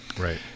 Right